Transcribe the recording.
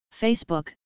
Facebook